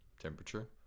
temperature